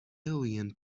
alien